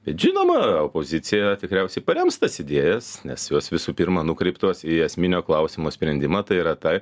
bet žinoma opozicija tikriausiai parems tas idėjas nes jos visų pirma nukreiptos į esminio klausimo sprendimą tai yra tai